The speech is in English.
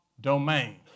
domain